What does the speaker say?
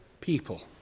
people